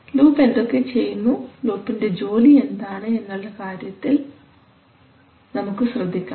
loop എന്തൊക്കെ ചെയ്യുന്നു ലൂപിന്റെ ജോലി എന്താണ് എന്നുള്ള കാര്യത്തിൽ നമുക്ക് ശ്രദ്ധിക്കാം